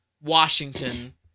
Washington